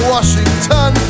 Washington